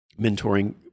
mentoring